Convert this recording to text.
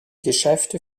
geschäfte